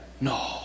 No